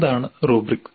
എന്താണ് റുബ്രിക്